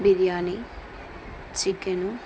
biryani chicken